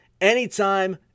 anytime